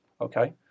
okay